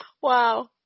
Wow